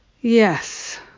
yes